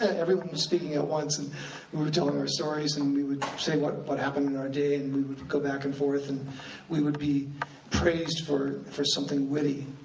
everyone was speaking at once and we were telling our stories, and we would say what but happened in our day and we would go back and forth, and we would be praised for for something witty.